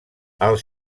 els